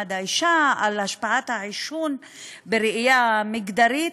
מעמד האישה על השפעת העישון בראייה מגדרית,